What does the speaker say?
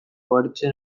ugaritzen